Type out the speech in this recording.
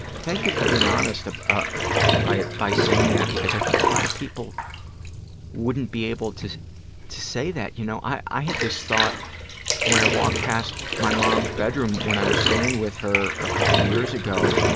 thank you for being honest ah ah by by saying that, because i think a lot of people wouldn't be able to to say that. you know i i had this thought when i walked past my mom's bedroom when i was staying with her a couple of years ago,